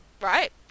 right